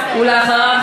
הדובר הבא,